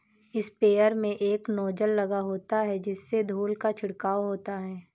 sprayer में एक nozzle लगा होता है जिससे धूल का छिड़काव होता है